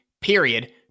period